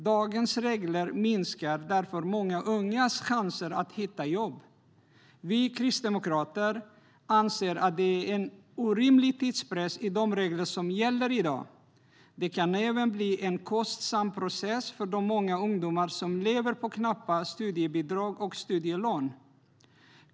Dagens regler minskar därför många ungas chanser att hitta jobb. Vi Kristdemokrater anser att de regler som gäller i dag innebär en orimlig tidspress. Det kan även bli en kostsam process för de många ungdomar som lever på knappa studiebidrag och studielån.